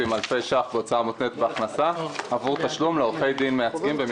אלפי ש"ח בהוצאה מותנית בהכנסה עבור תשלום לעורכי דין מייצגים.